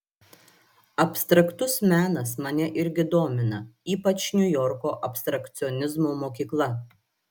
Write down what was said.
abstraktus menas mane irgi domina ypač niujorko abstrakcionizmo mokykla